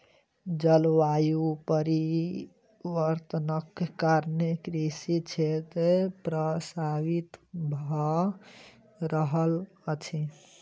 जलवायु परिवर्तनक कारणेँ कृषि क्षेत्र प्रभावित भअ रहल अछि